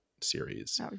series